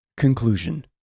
Conclusion